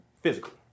physically